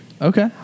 Okay